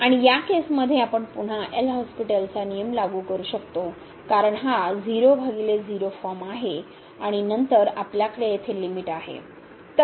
आणि या केसमध्ये आपण पुन्हा एल हॉस्पिटलचा नियम लागू करू शकतो कारण हा 00 फॉर्म आहे आणि नंतर आपल्याकडे येथे लिमिट आहे